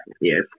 Yes